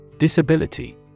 Disability